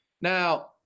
now